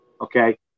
okay